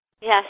Yes